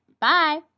Bye